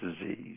disease